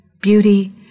beauty